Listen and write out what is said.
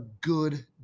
good